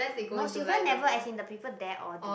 no sylvia never as in the people there all do